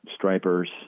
stripers